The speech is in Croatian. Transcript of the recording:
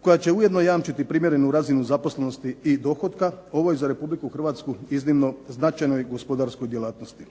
koja će ujedno jamčiti primjerenu razinu zaposlenosti i dohotka u ovoj, za Republiku Hrvatsku iznimno značajnoj gospodarskoj djelatnosti.